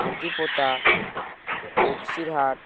Hatipota Baksirhat